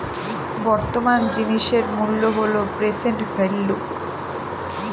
বর্তমান জিনিসের মূল্য হল প্রেসেন্ট ভেল্যু